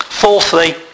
Fourthly